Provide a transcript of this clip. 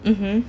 mmhmm